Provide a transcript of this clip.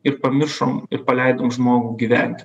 ir pamiršom ir paleidom žmogų gyventi